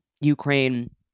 Ukraine